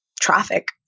traffic